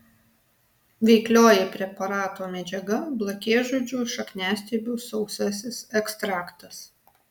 veiklioji preparato medžiaga blakėžudžių šakniastiebių sausasis ekstraktas